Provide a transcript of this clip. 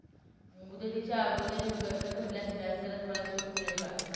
मुदतीच्या अगोदर मी कर्ज भरल्यास व्याजदरात मला सूट मिळेल का?